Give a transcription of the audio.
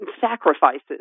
sacrifices